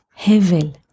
Hevel